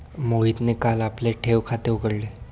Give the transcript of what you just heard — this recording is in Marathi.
मोहितने काल आपले ठेव खाते उघडले